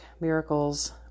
Miracles